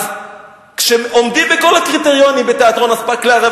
אז כשעומדים בכל הקריטריונים בתיאטרון "אספקלריה"